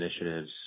initiatives